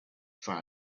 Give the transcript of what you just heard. far